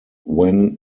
when